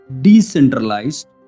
decentralized